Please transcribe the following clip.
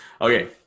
Okay